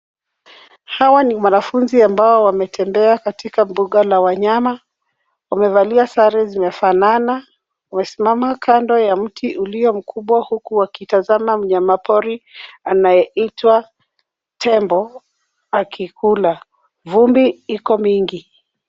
Hawa ni wanafunzi ambao wametembea katika mbuga la wanyama. Wamevalia sare zimefanana. Wamesimama kando ya mti ulio mkubwa huku wakitazama mnyamapori anayeitwa tembo akikula. Vumbi iko mingi.